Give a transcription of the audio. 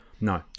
no